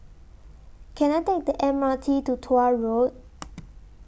Can I Take The M R T to Tuah Road